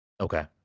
Okay